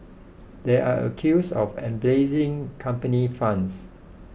they are accused of embezzling company funds